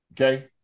okay